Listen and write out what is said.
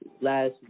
last